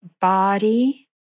body